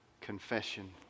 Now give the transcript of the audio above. confession